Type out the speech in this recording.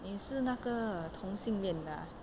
你是那个同性恋的啊